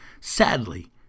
Sadly